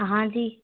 हाँ जी